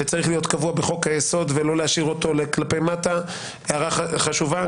שצריך להיות קבוע בחוק היסוד ולא להשאיר אותו כלפי מטה הערה חשובה,